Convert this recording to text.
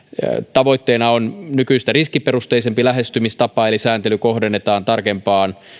tavoitteena on nykyistä riskiperusteisempi lähestymistapa eli sääntely kohdennetaan tarkemmin